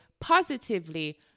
positively